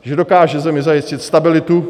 Že dokáže zemi zajistit stabilitu.